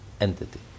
entity